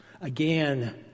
Again